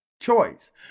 choice